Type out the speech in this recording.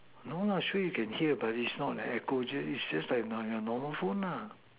no lah so you can hear about is not the echo just is is like your normal phone lah